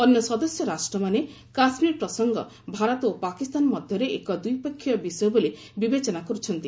ଅନ୍ୟ ସଦସ୍ୟ ରାଷ୍ଟ୍ରମାନେ କାଶ୍ମୀର ପ୍ରସଙ୍ଗ ଭାରତ ଓ ପାକିସ୍ତାନ ମଧ୍ୟରେ ଏକ ଦ୍ୱିପକ୍ଷୀୟ ବିଷୟ ବୋଲି ବିବେଚନା କରୁଛନ୍ତି